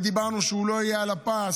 דיברנו על כך שהוא לא יהיה על הפס,